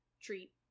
treat